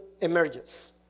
emerges